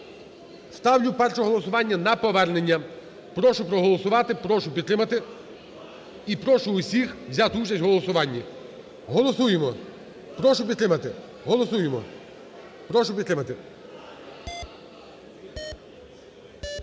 Ставлю перше голосування на повернення. Прошу проголосувати, прошу підтримати і прошу всіх взяти участь у голосуванні. Голосуємо, прошу підтримати. Голосуємо, прошу підтримати.